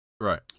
Right